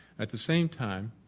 at the same time,